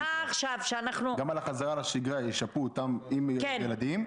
גם על החזרה לשגרה ישפו אותם אם יהיו פחות ילדים.